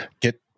Get